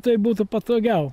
tai būtų patogiau